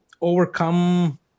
overcome